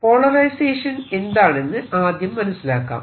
polarisation എന്താണെന്ന് ആദ്യം മനസ്സിലാക്കാം